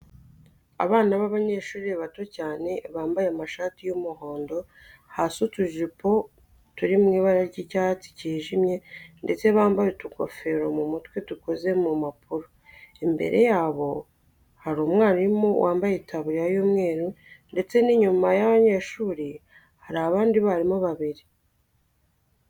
Abana b'abanyeshuri bato cyane bambaye amashati y'umuhondo hasi utujipo turi mu ibara ry'icyatsi kijimye ndetse bambaye utugofero mu mutwe dukoze mu mpapuro, imbere yabo hari umwarimu wambaye itaburiya y'umweru ndetse n'inyuma y'abanyeshuri hari abandi batimu babiri.